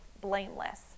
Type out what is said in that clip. blameless